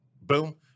boom